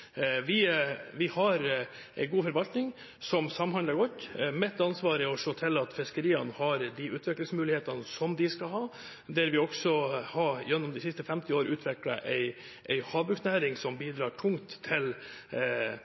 Vi har en god forvaltning som samhandler godt. Mitt ansvar er å se til at fiskeriene har de utviklingsmulighetene som de skal ha. Gjennom de siste 50 år har vi utviklet en havbruksnæring som bidrar tungt til